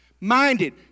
Minded